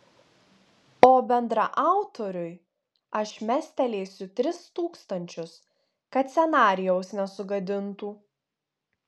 o bendraautoriui aš mestelėsiu tris tūkstančius kad scenarijaus nesugadintų